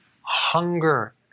hunger